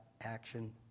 action